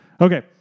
Okay